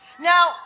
Now